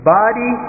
body